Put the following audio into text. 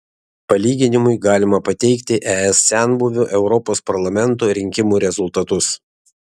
palyginimui galima pateikti es senbuvių europos parlamento rinkimų rezultatus